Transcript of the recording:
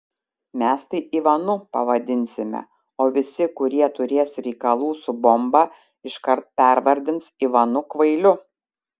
mes tai ivanu pavadinsime o visi kurie turės reikalų su bomba iškart pervadins ivanu kvailiu